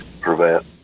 prevent